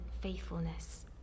faithfulness